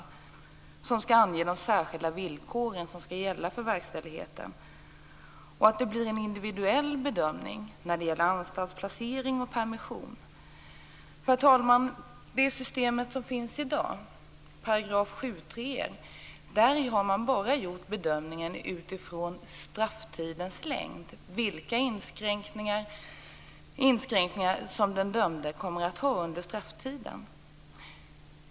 Detta beslut skall ange de särskilda villkor som skall gälla för verkställigheten. Det blir en individuell bedömning när det gäller anstaltsplacering och permission. Herr talman! I det system som finns i dag med 7 § tredje stycket har man bara gjort bedömningen utifrån strafftidens längd, alltså vilka inskränkningar den dömde kommer att ha under strafftiden.